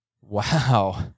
Wow